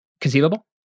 conceivable